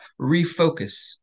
refocus